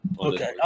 Okay